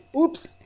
Oops